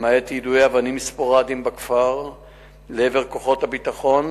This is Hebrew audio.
למעט יידוי אבנים ספוראדי בכפר לעבר כוחות הביטחון,